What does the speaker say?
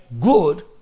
good